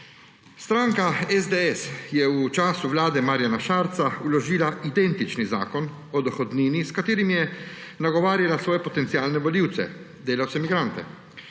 Stranka SDS je v času vlade Marjana Šarca vložila identični zakon o dohodnini, s katerim je nagovarjala svoje potencialne volivce – delavce migrante.